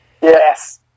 Yes